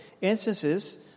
instances